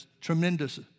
tremendous